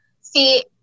See